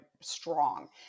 strong